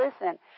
listen